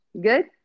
Good